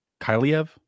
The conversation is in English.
Kyliev